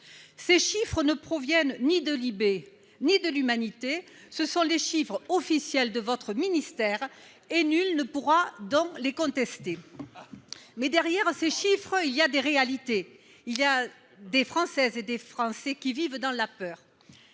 Ces chiffres ne proviennent ni de ni de. Ce sont les chiffres officiels de votre ministère, et nul ne pourra donc les contester. Cependant, derrière ces chiffres, il y a des réalités. Des Françaises et des Français vivent dans la peur.